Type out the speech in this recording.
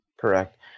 Correct